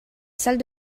salle